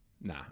Nah